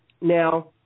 now